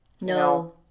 No